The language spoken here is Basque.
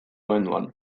abenduan